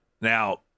Now